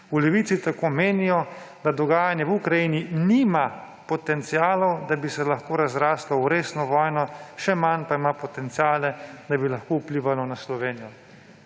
V Levici tako menijo, da dogajanje v Ukrajini nima potencialov, da bi se lahko razraslo v resno vojno, še manj pa ima potenciale, da bi lahko vplivalo na Slovenijo.«